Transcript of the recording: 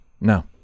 no